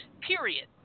Period